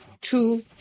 Two